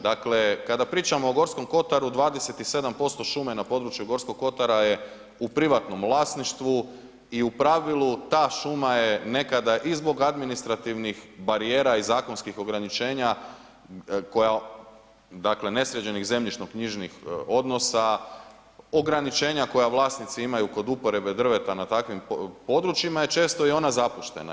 Dakle kad pričamo o Gorskom kotaru, 27% šume na području Gorskog kotara je u privatnom vlasništvu i u pravilu ta šuma je nekada i zbog administrativnih barijera i zakonskih ograničenja koja dakle nesređenih zemljišno knjižnih odnosa, ograničenja koja vlasnici imaju kod uporabe drveta na takvim područjima je često i ona zapuštena.